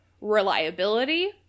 reliability